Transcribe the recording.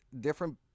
different